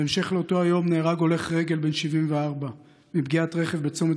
בהמשך אותו יום נהרג הולך רגל בן 74 מפגיעת רכב בצומת